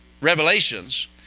revelations